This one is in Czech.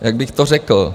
Jak bych to řekl?